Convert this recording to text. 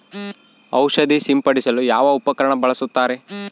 ಔಷಧಿ ಸಿಂಪಡಿಸಲು ಯಾವ ಉಪಕರಣ ಬಳಸುತ್ತಾರೆ?